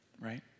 Right